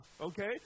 okay